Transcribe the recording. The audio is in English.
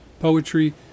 poetry